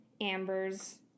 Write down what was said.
amber's